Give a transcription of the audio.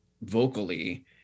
vocally